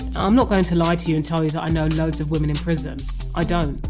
i'm not going to lie to you and tell you that i know lots of women in prison i don't.